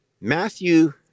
Matthew